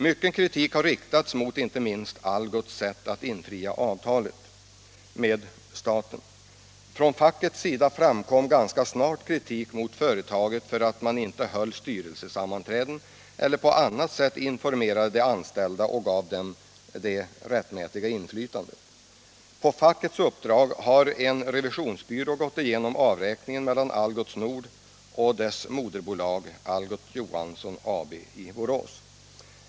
Mycken kritik har riktats mot inte minst Algots för dess sätt att infria avtalet med staten. Från fackets sida framfördes ganska snart kritik mot företaget för att man inte höll styrelsesammanträden eller på annat sätt informerade de anställda och gav dem det rättmätiga inflytandet. På fackets uppdrag har en revisionsbyrå gått igenom avräkningen mellan Algots Nord: och dess moderbolag Algot Johansson AB i Borås.